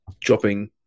dropping